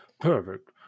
Perfect